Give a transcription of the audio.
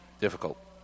Difficult